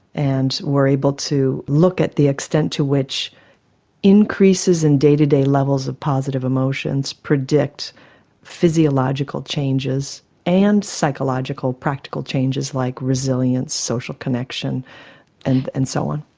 and we're able to look at the extent to which increases in day-to-day levels of positive emotions predict physiological changes and psychological practical changes like resilience, social connection and and so on.